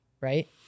right